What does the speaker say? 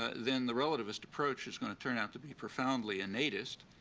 then the relativist approach is going to turn out to be profoundly innatist,